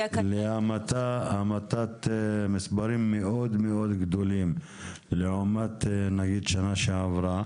להמתת מספרים מאוד גדולים לעומת שנה שעברה.